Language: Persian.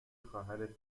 خواهرت